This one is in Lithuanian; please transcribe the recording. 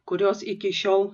kurios iki šiol